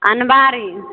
अलमारी